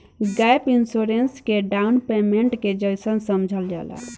gap insurance के down payment के जइसन समझल जाला